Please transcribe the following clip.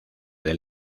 del